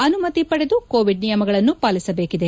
ಅನುಮತಿ ಪಡೆದು ಕೋವಿಡ್ ನಿಯಮಗಳನ್ನು ಪಾಲಿಸಬೇಕಿದೆ